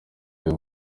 the